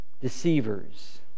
deceivers